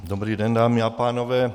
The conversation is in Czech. Dobrý den, dámy a pánové.